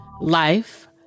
Life